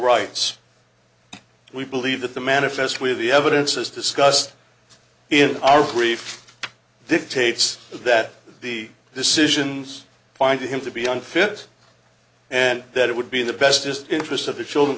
rights we believe that the manifest with the evidence is discussed in our grief dictates that the decisions find him to be unfit and that it would be in the best interests of the children